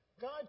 God